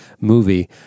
movie